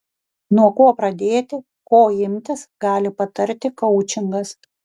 nuo ko pradėti ko imtis gali patarti koučingas